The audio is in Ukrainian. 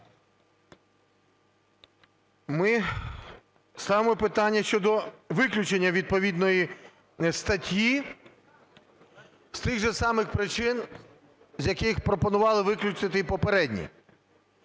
Ми ставимо питання щодо виключення відповідної статті з тих же самих причин, з яких пропонували виключити і попередні.